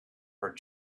her